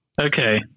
Okay